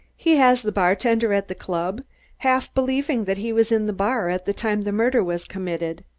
he has the bartender at the club half believing that he was in the bar at the time the murder was committed.